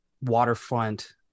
waterfront